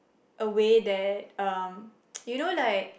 a way that um you know like